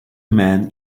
man